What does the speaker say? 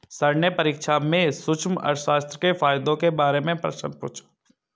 sir ने परीक्षा में सूक्ष्म अर्थशास्त्र के फायदों के बारे में प्रश्न पूछा